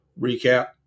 recap